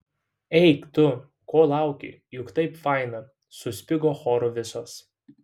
eik tu ko lauki juk taip faina suspigo choru visos